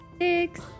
Six